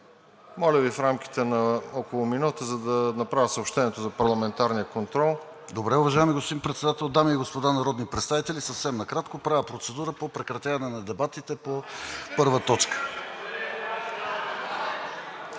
Моля Ви, в рамките на около минута, за да направя съобщението за парламентарния контрол. ИВАН ЧЕНЧЕВ: Добре, уважаеми господин Председател. Дами и господа народни представители, съвсем накратко правя процедура по прекратяване на дебатите по първа точка.